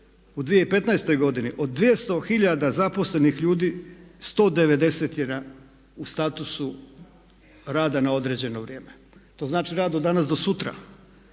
U 2015. godini od 200 tisuća zaposlenih ljudi 190 je u statusu rada na određeno vrijeme. To znači rad od danas do sutra.